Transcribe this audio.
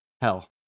hell